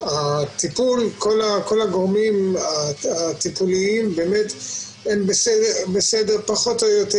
כל הגורמים הטיפוליים הם פחות או יותר בסדר,